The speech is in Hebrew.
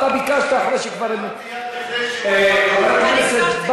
אתה ביקשת אחרי שכבר --- הרמתי יד לפני שהוא עלה לדוכן.